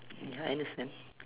ya I understand